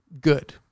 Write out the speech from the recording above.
good